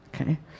Okay